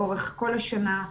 לאורך כל השנה,